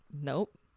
Nope